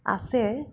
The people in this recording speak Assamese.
আছে